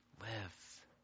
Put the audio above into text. live